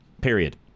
Period